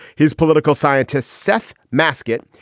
his political scientist, seth masket,